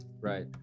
Right